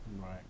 Right